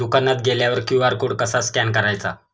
दुकानात गेल्यावर QR code कसा स्कॅन करायचा?